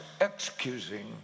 excusing